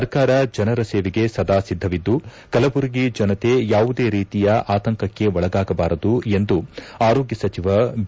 ಸರ್ಕಾರ ಜನರ ಸೇವೆಗೆ ಸದಾ ಸಿದ್ಧವಿದ್ದು ಕಲಬುರಗಿ ಜನತೆ ಯಾವುದೇ ರೀತಿಯ ಆತಂಕಕ್ಕೆ ಒಳಗಾಗಬಾರದು ಎಂದು ಆರೋಗ್ವ ಸಚಿವ ಬಿ